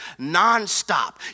nonstop